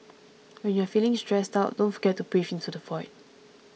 when you are feeling stressed out don't forget to breathe into the void